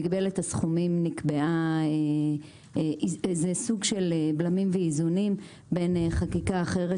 מגבלת הסכומים זה סוג של בלמים ואיזונים בין חקיקה אחרת